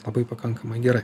labai pakankamai gerai